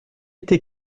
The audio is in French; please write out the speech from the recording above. été